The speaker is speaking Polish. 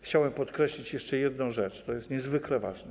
Chciałem podkreślić jeszcze jedną rzecz, to jest niezwykle ważne.